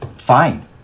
Fine